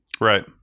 Right